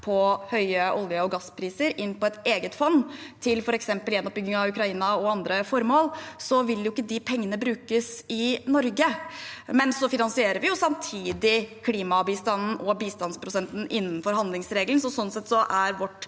på høye olje- og gasspriser, inn på et eget fond til f.eks. gjenoppbygging av Ukraina og andre formål, vil ikke de pengene brukes i Norge. Samtidig finansierer vi klimabistanden og bistandsprosenten innenfor handlingsregelen, så sånn sett er vårt